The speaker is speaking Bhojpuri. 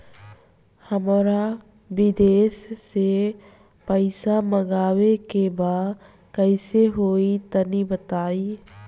हमरा विदेश से पईसा मंगावे के बा कइसे होई तनि बताई?